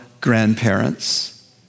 grandparents